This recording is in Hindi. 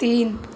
तीन